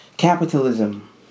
Capitalism